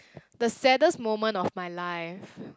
the saddest moment of my life